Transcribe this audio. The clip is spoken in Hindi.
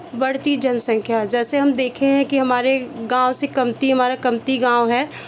बढ़ती जनसंख्या जैसे हम देखें हैं कि हमारे गाँव से कमती हमारा कमती गाँव है